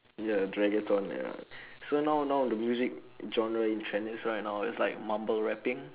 ya it's reggaeton ya so now now the music genre in trend is right now is like mumble rapping